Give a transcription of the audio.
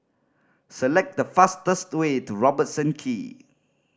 select the fastest way to Robertson Quay